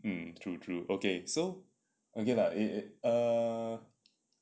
hmm true true okay so okay lah eh err